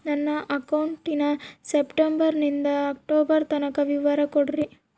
ನನ್ನ ಅಕೌಂಟಿನ ಸೆಪ್ಟೆಂಬರನಿಂದ ಅಕ್ಟೋಬರ್ ತನಕ ವಿವರ ಕೊಡ್ರಿ?